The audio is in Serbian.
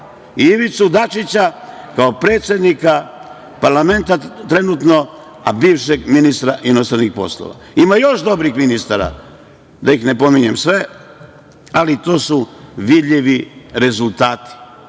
Ivicu Dačića, kao predsednika parlamenta, trenutno, a bivšeg ministra inostranih poslova. Ima još dobrih ministara, da ih ne pominjem sve ali tu su vidljivi rezultati.